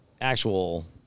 actual